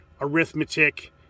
arithmetic